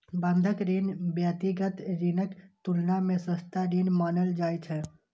बंधक ऋण व्यक्तिगत ऋणक तुलना मे सस्ता ऋण मानल जाइ छै